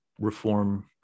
reform